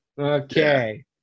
Okay